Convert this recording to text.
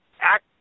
act